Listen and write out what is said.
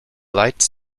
lights